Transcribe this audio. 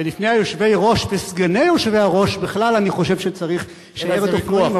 ולפני היושבי-ראש וסגני היושב-ראש בכלל אני חושב שצריך שיירת אופנועים,